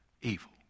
evil